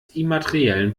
immateriellen